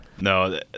No